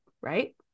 Right